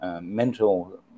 Mental